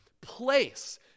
place